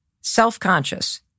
self-conscious